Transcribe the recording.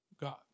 God